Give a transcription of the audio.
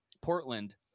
Portland